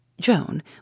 Joan